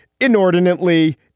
inordinately